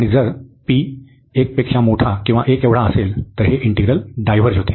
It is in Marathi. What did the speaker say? आणि जर हे असेल तर हे इंटिग्रल डायव्हर्ज होते